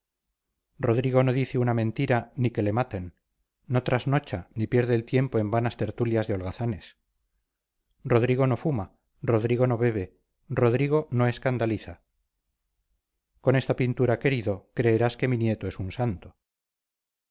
rodrigo no dice una mentira ni que le maten no trasnocha ni pierde el tiempo en vanas tertulias de holgazanes rodrigo no fuma rodrigo no bebe rodrigo no escandaliza con esta pintura querido creerás que mi nieto es un santo